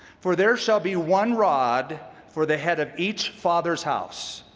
for there shall be one rod for the head of each father's house.